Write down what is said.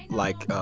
like,